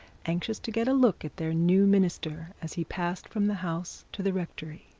anxious to get a look at their new minister as he passed from the house to the rectory.